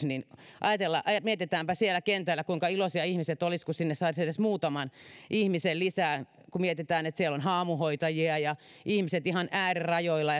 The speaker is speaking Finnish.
niin mietitäänpä kuinka iloisia ihmiset olisivat siellä kentällä kun sinne saisi edes muutaman ihmisen lisää kun mietitään että siellä on haamuhoitajia ja ihmiset ihan äärirajoilla